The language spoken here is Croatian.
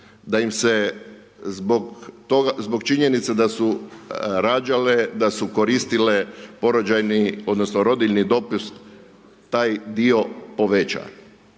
da im se zbog činjenice da su rađale, da su koristile porođajni odnosno rodiljni dopust, taj dio poveća.